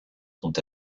sont